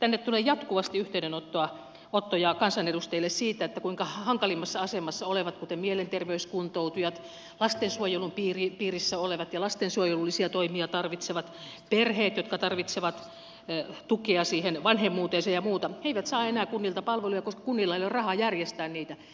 nimittäin tänne tulee jatkuvasti yhteydenottoja kansanedustajille siitä kuinka hankalimmassa asemassa olevat kuten mielenterveyskuntoutujat lastensuojelun piirissä olevat ja lastensuojelullisia toimia tarvitsevat perheet jotka tarvitsevat tukea siihen vanhemmuuteensa ja muuta eivät saa enää kunnilta palveluja koska kunnilla ei ole rahaa järjestää niitä